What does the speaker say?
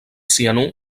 cianur